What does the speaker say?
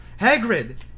Hagrid